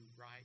right